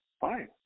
fine